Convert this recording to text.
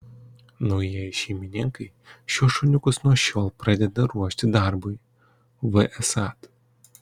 naujieji šeimininkai šiuos šuniukus nuo šiol pradeda ruošti darbui vsat